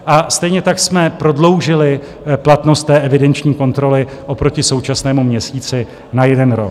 A stejně tak jsme prodloužili platnost té evidenční kontroly oproti současnému měsíci na jeden rok.